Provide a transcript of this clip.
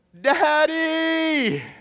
Daddy